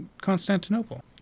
Constantinople